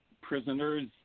prisoners